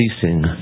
ceasing